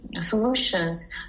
solutions